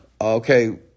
Okay